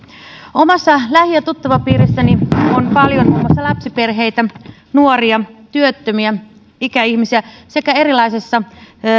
omassa lähi ja tuttavapiirissäni on paljon muun muassa lapsiperheitä nuoria työttömiä ikäihmisiä sekä erilaisissa